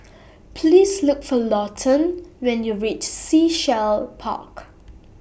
Please Look For Lawton when YOU REACH Sea Shell Park